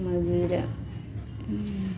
मागीर